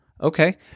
Okay